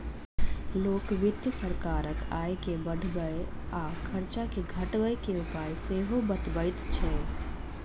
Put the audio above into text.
लोक वित्त सरकारक आय के बढ़बय आ खर्च के घटबय के उपाय सेहो बतबैत छै